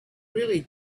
really